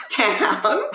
town